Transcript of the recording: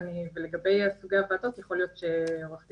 ולגבי סוגי הוועדות יכול להיות שעו"ד